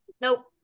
Nope